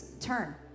turn